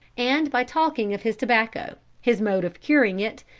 and by talking of his tobacco, his mode of curing it,